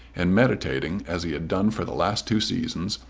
and meditating, as he had done for the last two seasons,